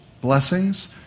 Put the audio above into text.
blessings